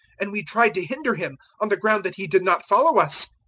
and we tried to hinder him, on the ground that he did not follow us.